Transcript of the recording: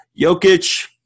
Jokic